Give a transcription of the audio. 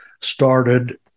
started